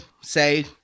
say